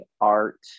art